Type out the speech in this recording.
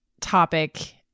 topic